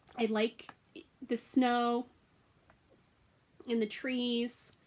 i like the snow in the trees